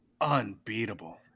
unbeatable